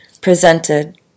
presented